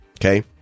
Okay